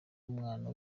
umwana